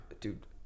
Dude